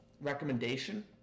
recommendation